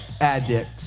addict